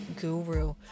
guru